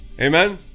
Amen